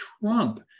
Trump